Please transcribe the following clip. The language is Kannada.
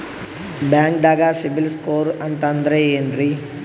ಬ್ಯಾಂಕ್ದಾಗ ಸಿಬಿಲ್ ಸ್ಕೋರ್ ಅಂತ ಅಂದ್ರೆ ಏನ್ರೀ?